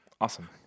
awesome